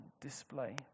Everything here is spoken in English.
display